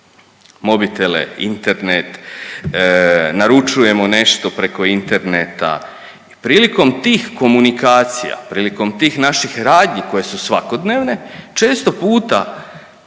mobitele, Internet, naručujemo nešto preko interneta. I prilikom tih komunikacija, prilikom tih naših radnji koje su svakodnevne često puta